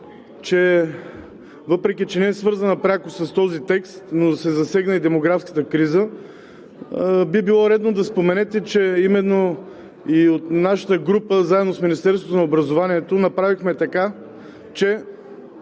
въпреки че не е свързана пряко с този текст, но се засегна и демографската криза. Би било редно да споменете, че именно и от нашата група, заедно с Министерството на образованието, направихме така, че